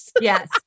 Yes